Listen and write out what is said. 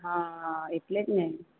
હાં એટલેજ ને